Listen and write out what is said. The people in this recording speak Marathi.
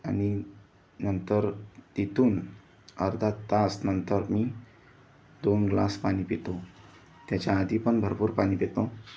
आणि नंतर तिथून अर्धा तास नंतर मी दोन ग्लास पाणी पितो त्याच्या आधी पण भरपूर पाणी पितो